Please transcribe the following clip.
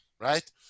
right